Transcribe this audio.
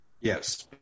Yes